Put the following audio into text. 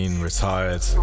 Retired